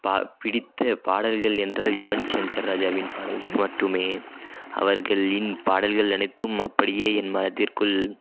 ப பிடித்த பாடல்கள் என்றால் யுவன் சங்கர் ராஜாவின் பாடல்கள் மட்டுமே அவர்களின் பாடல்கள் அனைத்தும் அப்படியே என் மனதிற்குள்